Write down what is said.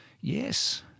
yes